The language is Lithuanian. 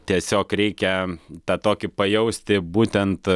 tiesiog reikia tą tokį pajausti būtent